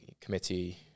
committee